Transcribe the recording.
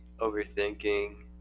overthinking